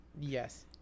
Yes